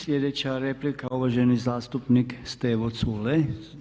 Sljedeća replika, uvaženi zastupnik Stevo Culej.